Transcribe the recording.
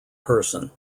person